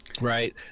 Right